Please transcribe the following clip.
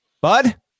Bud